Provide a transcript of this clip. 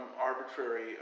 arbitrary